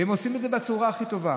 והן עושות את זה בצורה הכי טובה.